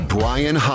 Brian